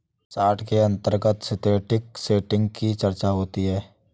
short के अंतर्गत synthetic setting की चर्चा होती है